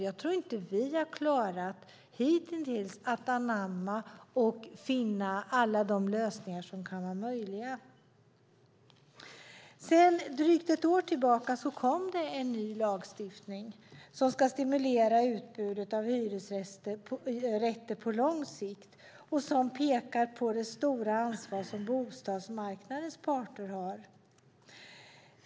Jag tror inte att vi hitintills har klarat att anamma och finna alla de lösningar som kan vara möjliga. För drygt ett år sedan kom det en ny lagstiftning som ska stimulera utbudet av hyresrätter på lång sikt och som pekar på det stora ansvar som bostadsmarknadens parter har.